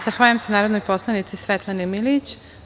Zahvaljujem se narodnoj poslanici Svetlani Milijić.